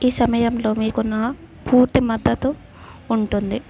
ఈ సమయంలో మీకు ఉన్న పూర్తి మద్దతు ఉంటుంది